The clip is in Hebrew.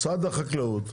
משרד החקלאות,